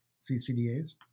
CCDAs